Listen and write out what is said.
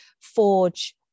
forge